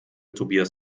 tobias